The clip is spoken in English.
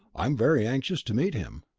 i'm very anxious to meet him.